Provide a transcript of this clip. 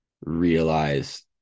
realize